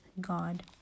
God